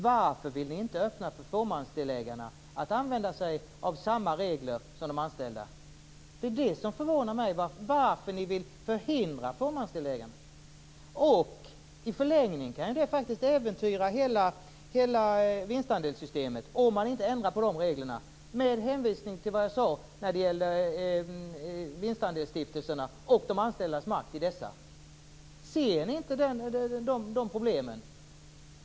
Varför vill ni inte öppna för fåmansdelägarna att använda sig av samma regler som de anställda? Det förvånar mig. Varför vill ni förhindra fåmansdelägarna att göra detta? I förlängningen kan det faktsikt äventyra hela vinstandelssystemet om man inte ändrar på de reglerna, med hänvisning till vad jag sade när det gäller vinstandelsstiftelserna och de anställdas makt i dessa. Ser ni inte de problemen?